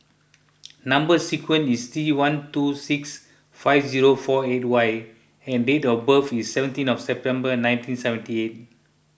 Number Sequence is T one two six five zero four eight Y and date of birth is seventeen of September nineteen seventy eight